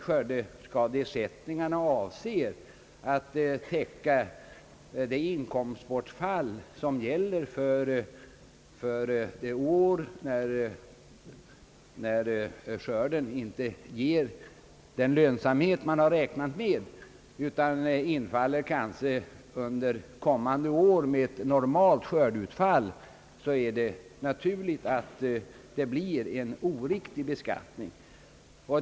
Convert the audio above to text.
Skördeskadeersättningarna avser att täcka det inkomstbortfall, som gäller för det år då skörden inte ger den lönsamhet man räknat med. Men om ersättningarna utbetalas under kommande år med ett normalt skördeutfall, är det naturligt att det blir en oriktig beskattning.